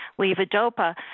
levodopa